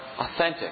authentic